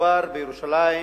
מדובר בירושלים.